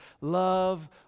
love